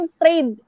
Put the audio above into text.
trade